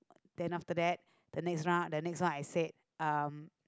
then after that the next round the next round I say um